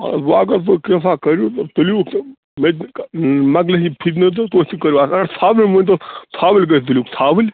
اَدٕ وۅنۍ اگر تُہۍ کیٚنٛژھا کٔرِو تہٕ تُلہوٗکھ یِم مےٚ تہِ مۅکلے یہِ فِتنہٕ تہٕ تُہۍ تہِ کٔرِو اَکھ اگر ژھاولٮ۪ن ؤنۍتَو ژھاوٕلۍ کٔہۍ تُلِو ژھاوٕلۍ